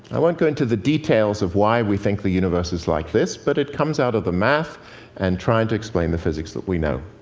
i won't go into the details of why we think the universe is like this, but it comes out of the math and trying to explain the physics that we know.